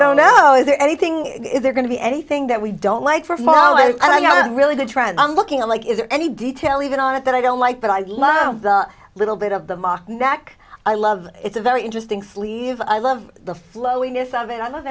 don't know is there anything is there going to be anything that we don't like for tomorrow and i'm not really the trend on looking like is there any detail even on it that i don't like but i love the little bit of the mock back i love it's a very interesting sleeve i love the flowing yes of it i love